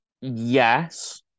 yes